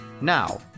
Now